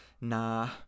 nah